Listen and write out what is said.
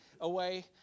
away